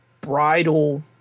bridal